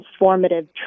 transformative